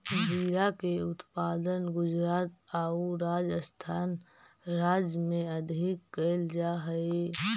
जीरा के उत्पादन गुजरात आउ राजस्थान राज्य में अधिक कैल जा हइ